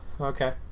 okay